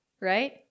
right